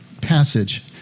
passage